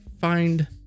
find